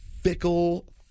fickle